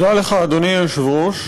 תודה לך, אדוני היושב-ראש.